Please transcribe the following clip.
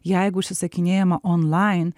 jeigu užsisakinėjama onlain